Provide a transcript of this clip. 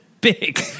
big